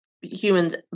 humans